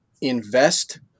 Invest